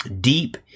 Deep